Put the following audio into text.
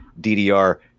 DDR